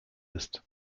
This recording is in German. ist